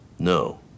No